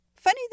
Funny